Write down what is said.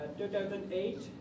2008